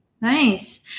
Nice